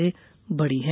से बढ़ी है